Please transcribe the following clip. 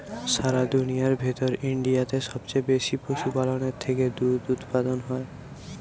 সারা দুনিয়ার ভেতর ইন্ডিয়াতে সবচে বেশি পশুপালনের থেকে দুধ উপাদান হয়